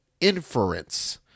inference